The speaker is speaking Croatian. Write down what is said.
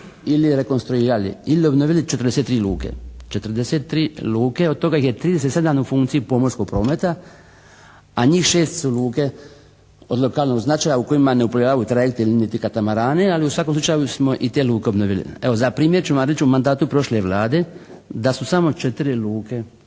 ili rekonstruirali ili obnovili 43 luke. 43 luke, od toga ih je 37 u funkciji pomorskog prometa, a njih 6 su luke od lokalnog značaja u kojima ne uplovljavaju trajekti niti katamarani ali u svakom slučaju smo i te luke obnovili. Evo za primjer ću vam reći u mandatu prošle Vlade da su samo 4 luke